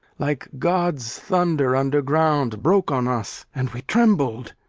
like god's thunder underground broke on us, and we trembled.